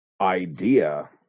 idea